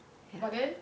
but then